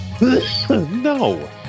No